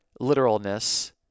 literalness